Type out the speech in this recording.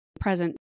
present